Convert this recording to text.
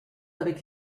avec